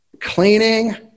cleaning